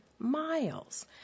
miles